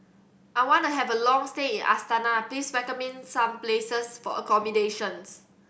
I want to have a long stay in Astana please recommend me some places for accommodation